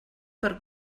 per